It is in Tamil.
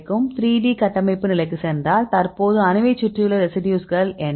3 D கட்டமைப்பு நிலைக்குச் சென்றால் தற்போது அணுவை சுற்றியுள்ள ரெசிடியூஸ்கள் என்ன